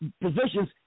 positions